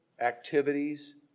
activities